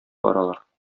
баралар